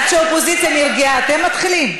עד שהאופוזיציה נרגעה אתם מתחילים?